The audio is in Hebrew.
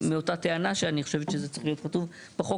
מאותה טענה שאני חושבת שזה צריך להיות כתוב בחוק